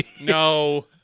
no